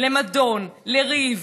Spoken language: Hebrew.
למדון, לריב.